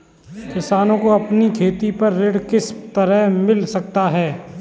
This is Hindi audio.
किसानों को अपनी खेती पर ऋण किस तरह मिल सकता है?